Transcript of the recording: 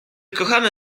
kochamy